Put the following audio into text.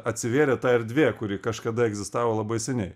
atsivėrė ta erdvė kuri kažkada egzistavo labai seniai